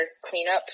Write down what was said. cleanup